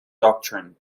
doctrine